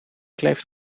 kleeft